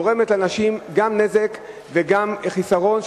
גורמת לאנשים גם נזק וגם חיסרון,